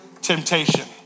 temptation